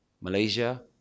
Malaysia